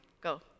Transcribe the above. Go